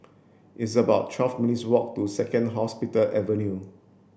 it's about twelve minutes walk to Second Hospital Avenue